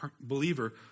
believer